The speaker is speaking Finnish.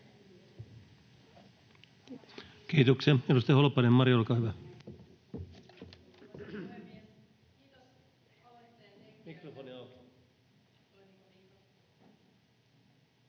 Kiitos. — Edustaja Holopainen, Mari, olkaa hyvä.